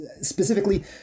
Specifically